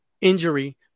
injury